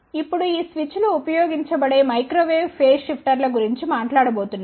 ఇప్పుడు ఈ స్విచ్లు ఉపయోగించబడే మైక్రో వేవ్ ఫేజ్ షిఫ్టర్ల గురించి మాట్లాడబోతున్నాం